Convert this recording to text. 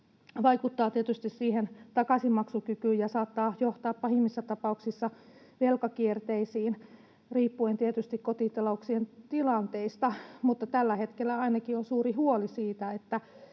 vaikuttaa tietysti takaisinmaksukykyyn ja saattaa johtaa pahimmissa tapauksissa velkakierteisiin — riippuen tietysti kotitalouksien tilanteista. Mutta tällä hetkellä ainakin on suuri huoli siitä,